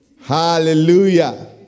Hallelujah